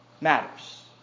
matters